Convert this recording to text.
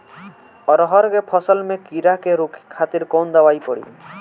अरहर के फसल में कीड़ा के रोके खातिर कौन दवाई पड़ी?